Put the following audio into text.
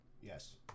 Yes